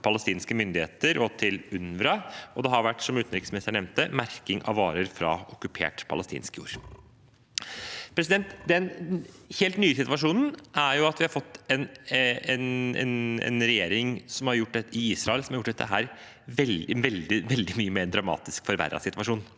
palestinske myndigheter og til UNRWA, og det har vært, som utenriksministeren nevnte, merking av varer fra okkupert palestinsk jord. Den helt nye situasjonen er at vi har fått en regjering i Israel som har ført til en veldig mye mer dramatisk forverret situasjon.